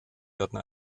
werden